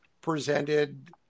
presented